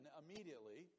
immediately